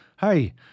Hey